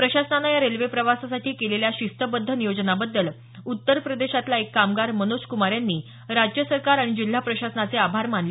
प्रशासनानं या रेल्वे प्रवासासाठी केलेल्या शिस्तबध्द नियोजनाबद्दल उत्तर प्रदेशातला एक कामगार मनोज कुमार यांनी राज्य सरकार आणि जिल्हा प्रशासनाचे आभार मानले